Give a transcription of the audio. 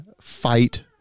fight